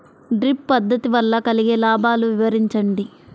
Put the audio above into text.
Drip పద్దతి వల్ల కలిగే లాభాలు వివరించండి?